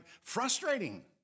frustrating